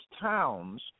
towns